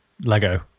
Lego